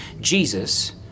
Jesus